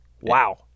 Wow